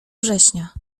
września